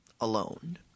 alone